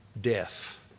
death